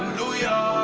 lujah,